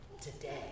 today